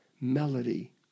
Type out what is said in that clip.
melody